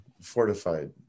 fortified